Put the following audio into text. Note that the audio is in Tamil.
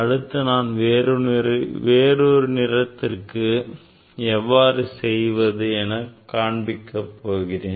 அடுத்து நான் வேறொரு நிறத்திற்கு செய்து காண்பிக்கப் போகிறேன்